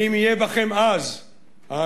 האם יהיו בכם אז ההגינות,